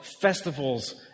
festivals